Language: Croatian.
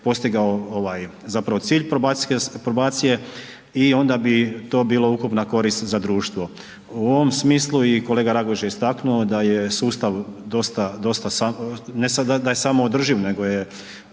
postigao ovaj zapravo cilj probacije i onda bi to bilo ukupna korist za društvo. U ovom smislu i kolega Raguž je istaknuo, da je sustav dosta, ne sada da je samoodrživ nego je,